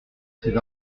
ces